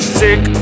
sick